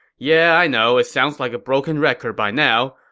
yeah, i know. it sounds like a broken record by now.